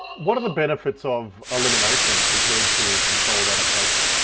what are the benefits of elimination compared to controlled adaptation?